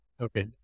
Okay